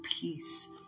peace